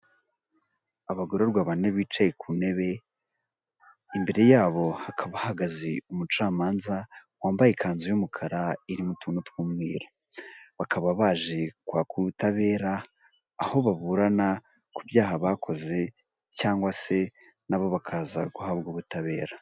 Abagororwa bane bicaye ku ntebe. Imbere yabo hakaba hahagaze umucamanza wambaye ikanzu y'umukara iri mu tuntu tw'umweru. Bakaba baje kwaka ubutabera aho baburana ku byaha bakoze cyangwa se nabo bakaza guhabwa ubutabera.